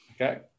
Okay